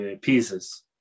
pieces